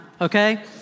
okay